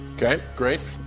okay, great.